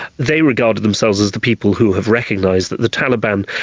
they regarded themselves as the people who have recognised that the taliban,